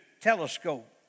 telescope